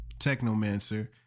Technomancer